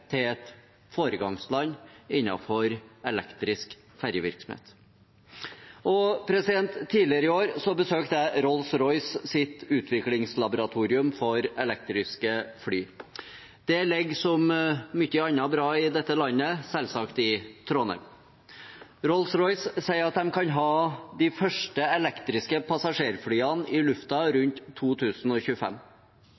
til et foregangsland innenfor elektrisk ferjevirksomhet. Tidligere i år besøkte jeg Rolls Royces utviklingslaboratorium for elektriske fly. Det ligger, som mye annet bra i dette landet, selvsagt i Trondheim. Rolls Royce sier at de kan ha de første elektriske passasjerflyene i